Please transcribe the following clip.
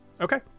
Okay